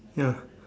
ya